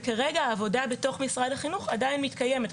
וכרגע העבודה בתוך משרד החינוך עדיין מתקיימת.